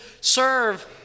serve